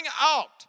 out